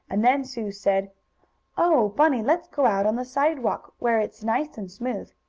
and then sue said oh, bunny, let's go out on the sidewalk, where it's nice and smooth.